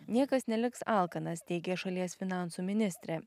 niekas neliks alkanas teigė šalies finansų ministrė